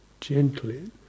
gently